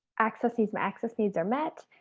access needs. my access needs are met.